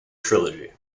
trilogy